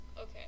Okay